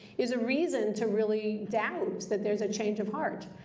is a reason to really doubt that there's a change of heart.